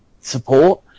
support